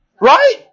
right